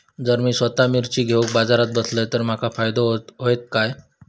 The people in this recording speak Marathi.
जर मी स्वतः मिर्ची घेवून बाजारात बसलय तर माका फायदो होयत काय?